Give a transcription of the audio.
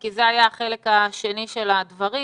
כי זה היה החלק השני של הדברים.